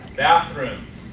bathrooms,